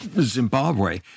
Zimbabwe